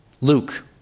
Luke